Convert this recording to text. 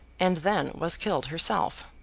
and then was killed herself.